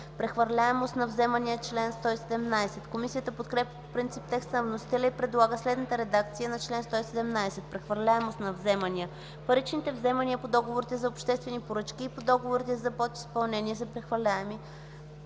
„Прехвърляемост на вземания” – чл. 117. Комисията подкрепя по принцип текста на вносителя и предлага следната редакция на чл. 117: „Прехвърляемост на вземания Чл. 117. Паричните вземания по договорите за обществени поръчки и по договорите за подизпълнение са прехвърляеми,